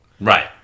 Right